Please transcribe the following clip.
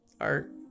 art